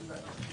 מי נמנע?